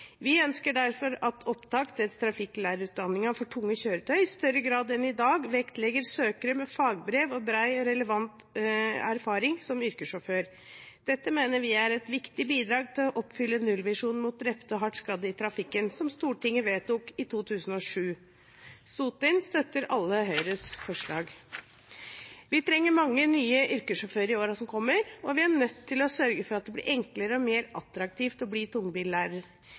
Vi ønsker derfor at opptak til trafikklærerutdanningen for tunge kjøretøyer i større grad enn i dag vektlegger søkere med fagbrev og bred og relevant erfaring som yrkessjåfør. Dette mener vi er et viktig bidrag til å oppfylle Nullvisjonen mot drepte og hardt skadde i trafikken, som Stortinget vedtok i 2002.» De støtter alle Høyres forslag. Vi trenger mange nye yrkessjåfører i årene som kommer, og vi er nødt til å sørge for at det blir enklere og mer attraktivt å bli tungbillærer.